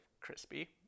Crispy